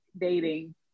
dating